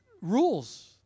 rules